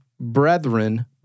brethren